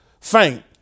faint